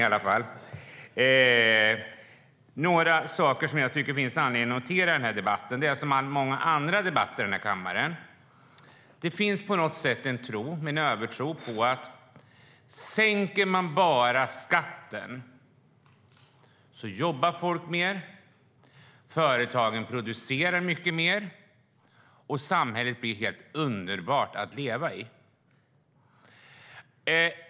Något som jag tycker att det finns anledning att notera i den här debatten, som i många andra debatter i den här kammaren, är att det finns en övertro på att om man bara sänker skatten jobbar folk mer, producerar företagen mycket mer och blir samhället helt underbart att leva i.